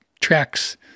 tracks